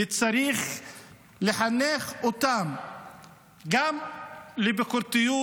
צריך לחנך אותם גם לביקורתיות,